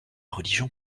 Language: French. religion